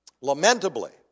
Lamentably